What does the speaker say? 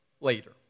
later